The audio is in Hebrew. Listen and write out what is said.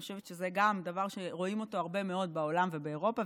ואני חושבת שזה גם דבר שרואים אותו הרבה מאוד בעולם ובאירופה,